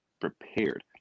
prepared